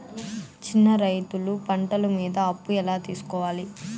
చిన్న రైతులు పంట మీద అప్పు ఎలా తీసుకోవాలి?